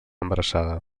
embarassada